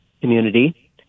community